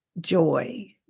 joy